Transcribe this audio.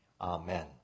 Amen